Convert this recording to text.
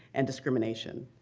and discrimination.